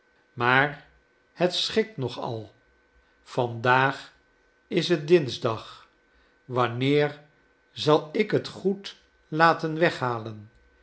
maar het schikt nog al vandaag is het dinsdag wanneer zal ik het goed laten weghalen